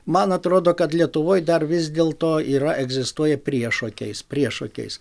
man atrodo kad lietuvoj dar vis dėlto yra egzistuoja priešokiais priešokiais